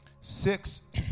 Six